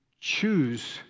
choose